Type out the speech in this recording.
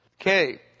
Okay